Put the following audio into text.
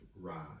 ride